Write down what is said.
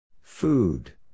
Food